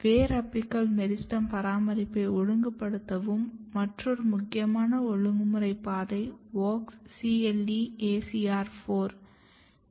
வேர் apical meristem பராமரிப்பை ஒழுங்குபடுத்தும் மற்றொரு முக்கியமான ஒழுங்குமுறை பாதை WOX CLE ACR 4